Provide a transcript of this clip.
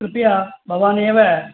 कृपया भवानेव